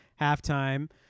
halftime